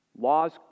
Laws